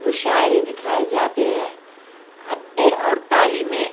مشاعرے دکھائے جاتے ہے ادبی اور تعلیمی